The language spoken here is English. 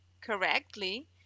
correctly